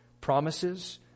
promises